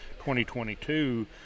2022